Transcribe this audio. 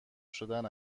شدن